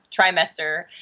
trimester